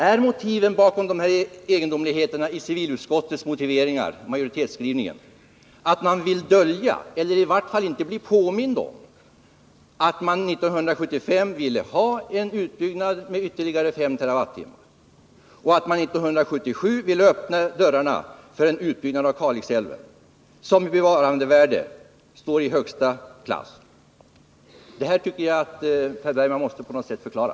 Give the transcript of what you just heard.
Är motiven bakom de här egendomligheterna i civilutskottets majoritetsskrivning att man vill dölja eller i vart fall inte bli påmind om att man år 1975 ville ha en utbyggnad med ytterligare 5 TWh och 1977 ville öppna dörrarna för en utbyggnad av Kalix älv, som i bevarandevärde står i högsta klass? Detta tycker jag att Per Bergman på något sätt måste förklara.